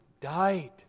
died